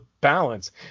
balance